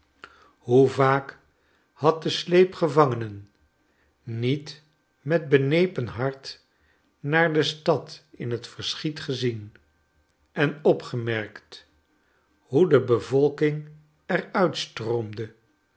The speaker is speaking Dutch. hoe vaak tafereelen uit italie had de sleep gevangenen niet met benepen hart naar de stad in het verschiet gezien en opgemerkt hoe de bevolking er uit stroomde